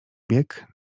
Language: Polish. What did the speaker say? bieg